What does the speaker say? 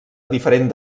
diferent